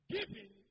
Giving